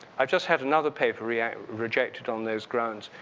i just had another paper react rejected on those grounds.